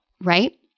right